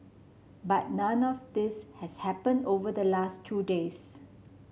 but none of this has happen over the last two days